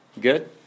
Good